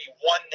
one